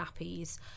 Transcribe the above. nappies